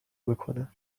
بکنم